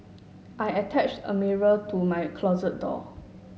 I attached a mirror to my closet door